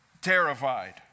terrified